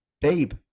babe